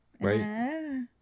Right